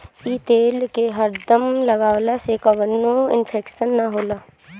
इ तेल के हरदम लगवला से कवनो इन्फेक्शन ना होला